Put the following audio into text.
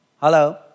Hello